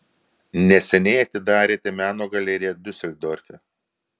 neseniai atidarėte meno galeriją diuseldorfe